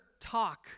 talk